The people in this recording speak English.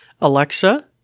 Alexa